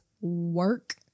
work-